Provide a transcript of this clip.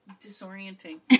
disorienting